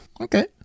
Okay